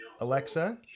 Alexa